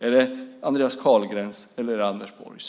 Är det Andreas Carlgrens eller Anders Borgs?